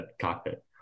cockpit